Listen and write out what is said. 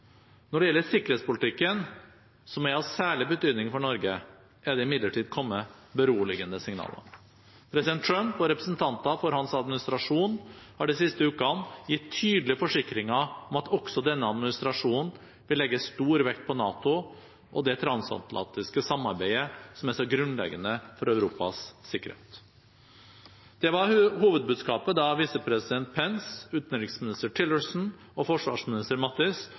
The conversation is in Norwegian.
Når det gjelder sikkerhetspolitikken, som er av særlig betydning for Norge, er det imidlertid kommet beroligende signaler. President Trump og representanter for hans administrasjon har de siste ukene gitt tydelige forsikringer om at også denne administrasjonen vil legge stor vekt på NATO og det transatlantiske samarbeidet som er så grunnleggende for Europas sikkerhet. Det var hovedbudskapet da visepresident Pence, utenriksminister Tillerson og forsvarsminister